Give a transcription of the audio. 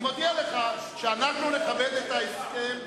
אני מודיע לך שאנחנו נכבד את ההסכם שהושג בלשכתי.